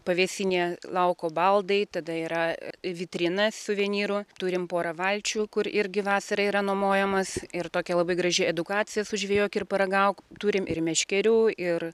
pavėsinė lauko baldai tada yra vitrina suvenyrų turim porą valčių kur irgi vasarą yra nuomojamas ir tokia labai graži edukacija sužvejok ir paragauk turim ir meškerių ir